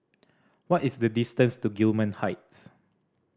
what is the distance to Gillman Heights